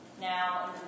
Now